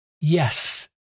yes